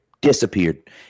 Disappeared